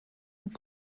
und